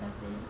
thirteen